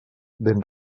ben